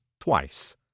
twice